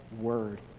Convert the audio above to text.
Word